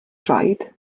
droed